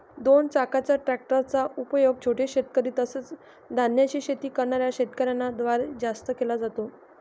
दोन चाकाच्या ट्रॅक्टर चा उपयोग छोटे शेतकरी, तसेच धान्याची शेती करणाऱ्या शेतकऱ्यांन द्वारे जास्त केला जातो